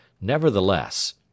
Nevertheless